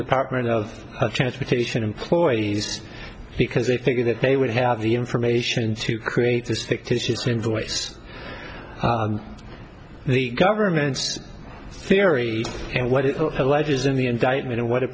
department of transportation employees because they figure that they would have the information to create this fictitious invoice the government's theory and what it alleges in the indictment and what